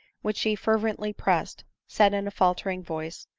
which she fervent ly pressed, said in a faltering voice,